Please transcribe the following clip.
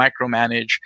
micromanage